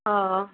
હા